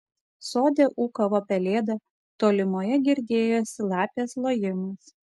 sode ūkavo pelėda tolumoje girdėjosi lapės lojimas